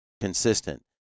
consistent